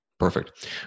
Perfect